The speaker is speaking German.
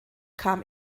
kam